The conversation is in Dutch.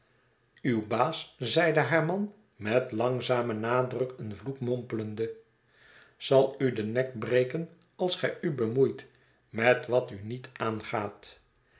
uw baas zeide haar man met langzamen nadruk een vloek mompelende zal u den nek breken als gij u bemoeit met wat u niet aangaat